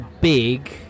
big